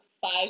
five